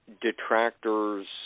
detractors